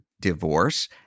divorce